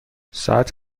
ساعت